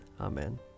Amen